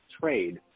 trade